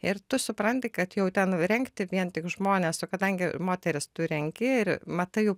ir tu supranti kad jau ten rengti vien tik žmones o kadangi moteris tu renki ir matai jų